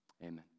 amen